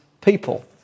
people